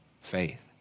faith